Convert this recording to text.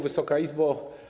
Wysoka Izbo!